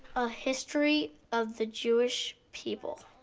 a history of the jewish people.